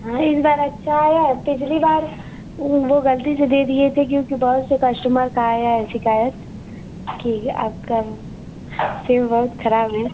हाँ इस बार अच्छा आया पिछली बार वह गलती से दे दिए थे क्यूँकि बहुत से कस्टमर का आया है शिकायत ठीक है आपका सेब बहुत खराब है